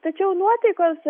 tačiau nuotaikos